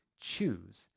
choose